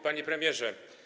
Panie Premierze!